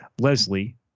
Leslie